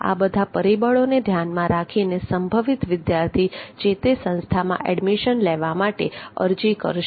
આ બધા પરિબળોને ધ્યાનમાં રાખીને સંભવિત વિદ્યાર્થી જે તે સંસ્થા માં એડમિશન લેવા માટે અરજી કરશે